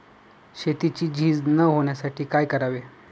शेतीची झीज न होण्यासाठी काय करावे?